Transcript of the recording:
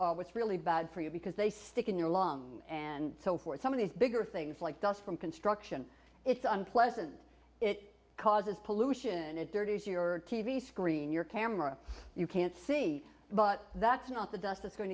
are what's really bad for you because they stick in your lungs and so forth some of these bigger things like dust from construction it's unpleasant it causes pollution it dirty as your t v screen your camera you can't see but that's not the dust that's going